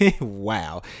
Wow